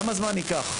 כמה זמן יקח?